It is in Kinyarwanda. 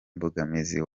mbogamizi